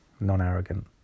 non-arrogant